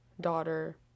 daughter